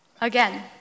Again